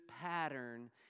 pattern